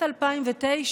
2009,